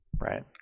Right